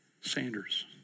Sanders